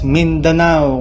Mindanao